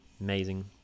amazing